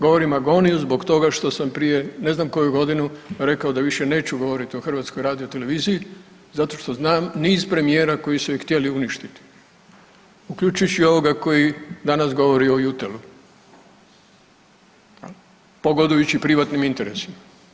Govorim agoniju zbog toga što sam prije ne znam koju godinu rekao da više neću govoriti o HRT-u zato što znam niz premijera koji su je htjeli uništiti, uključujući i ovoga koji danas govori o Yutel-u pogodujući privatnim interesima.